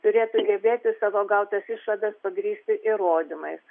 turėtų gebėti savo gautas išvadas pagrįsti įrodymais